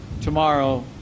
tomorrow